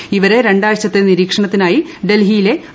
ൂ ഇവരെ രണ്ടാഴ്ചത്തെ നിരീക്ഷണത്തിനായ് ഡൽഹിയിലെ ക്ട്